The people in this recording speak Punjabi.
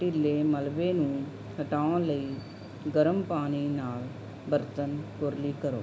ਢਿੱਲੇ ਮਲਵੇ ਨੂੰ ਹਟਾਉਣ ਲਈ ਗਰਮ ਪਾਣੀ ਨਾਲ ਬਰਤਨ ਕੁਰਲੀ ਕਰੋ